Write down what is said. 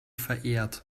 verehrt